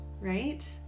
right